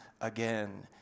again